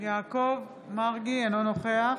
אינו נוכח